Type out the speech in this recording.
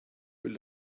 will